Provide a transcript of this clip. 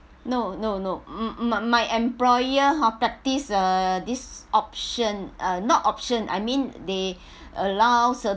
no no no m~ m~ my my employer hor practice uh this option uh not option I mean they allow